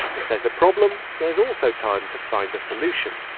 if there's a problem, there's also time to find a solution